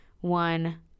one